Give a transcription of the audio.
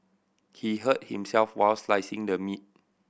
he hurt himself while slicing the meat